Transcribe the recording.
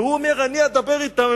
והוא אומר: אני אדבר אתם.